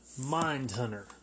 Mindhunter